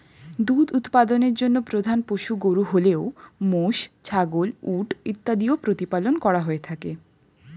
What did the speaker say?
দুধ উৎপাদনের জন্য প্রধান পশু গরু হলেও মোষ, ছাগল, উট ইত্যাদিও প্রতিপালন করা হয়ে থাকে